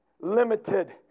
limited